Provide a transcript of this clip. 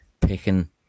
picking